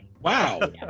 Wow